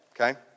Okay